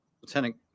Lieutenant